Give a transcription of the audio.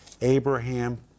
Abraham